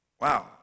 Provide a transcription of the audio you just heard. Wow